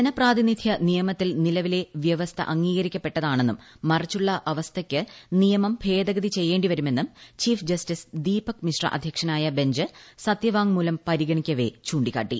ജനപ്രാതിനിധ്യ നിയമത്തിൽ നിലവിലെ വ്യവസ്ഥ അംഗീകരിക്കപ്പെട്ടതാണെന്നും മറിച്ചുള്ള അവസ്ഥയ്ക്ക് നിയമം ഭേദഗതി ചെയ്യേണ്ടിവരുമെന്നും ചീഫ് ജസ്റ്റിസ് ദീപക് മിശ്ര അധ്യക്ഷനായ ബഞ്ച് സത്യവാങ്മൂലം പരിഗണിക്കവേ ചൂണ്ടിക്കാട്ടി